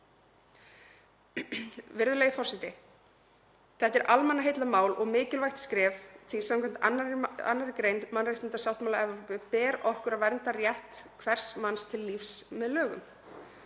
Virðulegi forseti. Þetta er almannaheillamál og mikilvægt skref því samkvæmt 2. gr. mannréttindasáttmála Evrópu ber okkur að vernda rétt hvers manns til lífs með lögum.